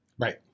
right